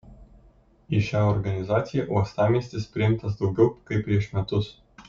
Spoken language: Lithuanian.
į šią organizaciją uostamiestis priimtas daugiau kaip prieš metus